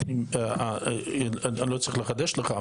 אני לא צריך לחדש לך,